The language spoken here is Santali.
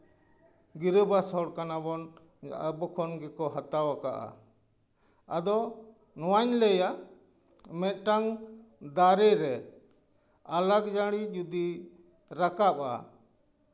ᱜᱤᱨᱟᱹᱵᱟᱥ ᱦᱚᱲ ᱠᱟᱱᱟᱵᱚᱱ ᱟᱵᱚ ᱠᱷᱚᱱ ᱜᱮᱠᱚ ᱦᱟᱛᱟᱣ ᱠᱟᱜᱼᱟ ᱟᱫᱚ ᱱᱚᱣᱟᱧ ᱞᱟᱹᱭᱟ ᱢᱤᱫᱴᱟᱝ ᱫᱟᱨᱮ ᱨᱮ ᱟᱞᱟᱠᱡᱟᱹᱲᱤ ᱡᱩᱫᱤ ᱨᱟᱠᱟᱵᱼᱟ